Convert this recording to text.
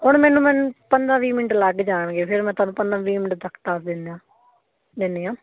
ਹੁਣ ਮੈਨੂੰ ਮੈਨੂੰ ਪੰਦਰ੍ਹਾਂ ਵੀਹ ਮਿੰਟ ਲੱਗ ਜਾਣਗੇ ਫਿਰ ਮੈਂ ਤੁਹਾਨੂੰ ਪੰਦਰ੍ਹਾਂ ਵੀਹ ਮਿੰਟ ਤੱਕ ਦੱਸ ਦਿੰਦਾ ਲੈਂਦੇ ਹਾਂ